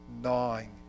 gnawing